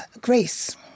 grace